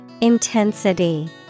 Intensity